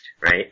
right